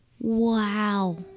Wow